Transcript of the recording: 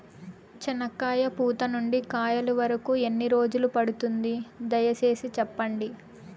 చెనక్కాయ పూత నుండి కాయల వరకు ఎన్ని రోజులు పడుతుంది? దయ సేసి చెప్పండి?